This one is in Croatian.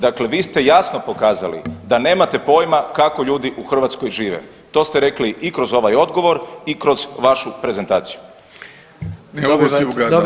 Dakle, vi ste jasno pokazali da nemate pojma kako ljudi u Hrvatskoj žive, to ste rekli i kroz ovaj odgovor i kroz vašu prezentaciju.